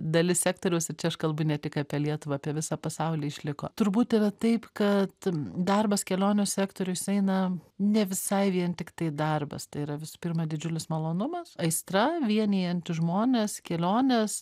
dalis sektoriaus ir čia aš kalbu ne tik apie lietuvą apie visą pasaulį išliko turbūt yra taip kad darbas kelionių sektoriuj jis eina ne visai vien tiktai darbas tai yra visų pirma didžiulis malonumas aistra vienijanti žmones keliones